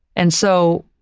and so,